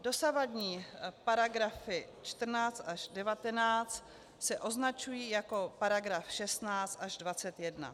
Dosavadní § 14 až 19 se označují jako § 16 až 21.